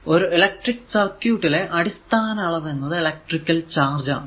ഒരു electric circuit ലെ അടിസ്ഥാന അളവ് എന്നത് ഇലക്ട്രിക്ക് ചാർജ് ആണ്